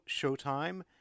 Showtime